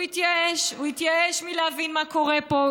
הוא התייאש מלהבין מה קורה פה,